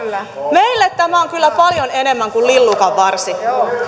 meille tämä on kyllä paljon enemmän kuin lillukanvarsi